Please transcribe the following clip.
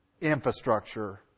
infrastructure